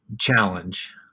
challenge